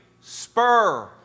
spur